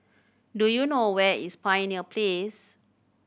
do you know where is Pioneer Place